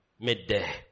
midday